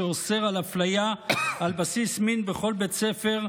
שאוסר אפליה על בסיס מין בכל בית ספר,